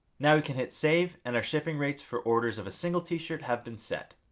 now we can hit save and our shipping rates for orders of a single t-shirt have been set.